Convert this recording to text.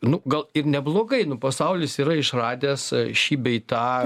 nu gal ir neblogai nu pasaulis yra išradęs šį bei tą